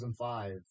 2005